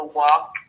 walk